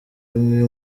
imwe